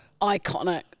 iconic